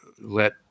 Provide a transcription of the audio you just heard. let